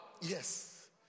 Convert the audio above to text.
Yes